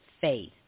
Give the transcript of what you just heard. faith